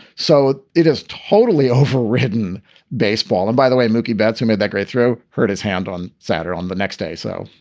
so it is totally overwritten baseball. and by the way, mookie betts, who made that great throw, hurt his hand on saturday on the next day. so,